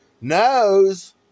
knows